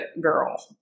girl